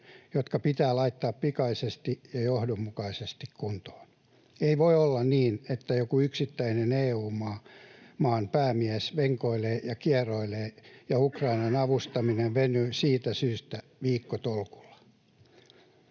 jotka pitää laittaa pikaisesti ja johdonmukaisesti kuntoon. Ei voi olla niin, että joku yksittäinen EU-maan päämies venkoilee ja kieroilee ja Ukrainan avustaminen venyy siitä syystä viikkotolkulla.